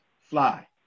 fly